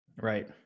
right